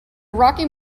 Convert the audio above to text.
rocking